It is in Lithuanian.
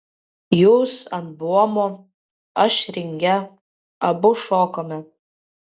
jūs ant buomo aš ringe abu šokome